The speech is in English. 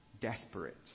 desperate